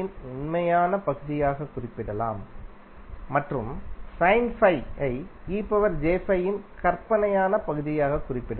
இன் உண்மையான பகுதியாக குறிப்பிடலாம்மற்றும் ஐ இன் கற்பனையான பகுதியாக குறிப்பிடலாம்